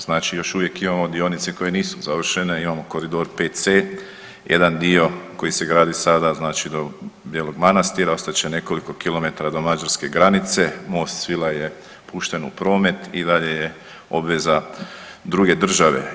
Znači još uvijek imamo dionice koje nisu završene, imamo koridor VC, jedan dio koji se gradi sada do Belog Manastira ostat će nekoliko kilometara do mađarske granice, Most Svilaj je pušten u promet i dalje je obveza druge države.